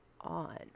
on